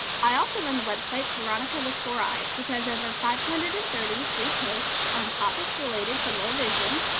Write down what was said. i also run the website veronica with four eyes, which has over five hundred and thirty free posts on topics related to low vision,